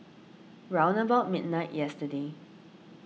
round about midnight yesterday